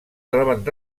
troben